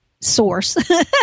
source